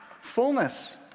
fullness